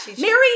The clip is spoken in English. Mary